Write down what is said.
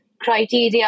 criteria